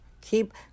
Keep